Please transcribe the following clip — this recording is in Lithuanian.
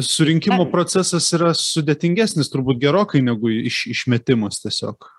surinkimo procesas yra sudėtingesnis turbūt gerokai negu i iš išmetimas tiesiog